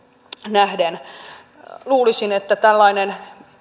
tähden luulisin että tällainen